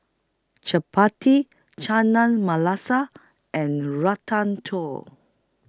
Chapati Chana and Ratatouille